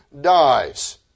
dies